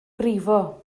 brifo